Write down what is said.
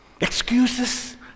Excuses